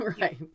Right